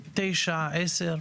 מ-2009-2010,